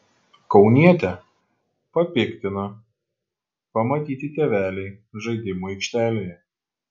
kaunietę papiktino pamatyti tėveliai žaidimų aikštelėje